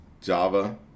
Java